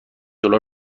دلار